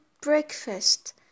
breakfast